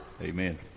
Amen